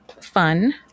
fun